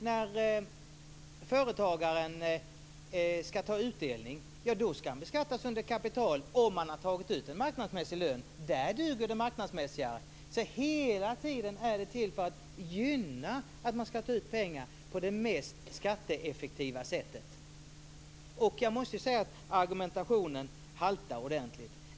När företagaren ska ta utdelning, då ska han beskattas under kapital om han har tagit ut en marknadsmässig lön. Där duger det marknadsmässiga. Hela tiden är det fråga om att gynna att ta ut pengar på det mest skatteeffektiva sättet. Jag måste säga att argumenten haltar ordentligt.